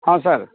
ହଁ ସାର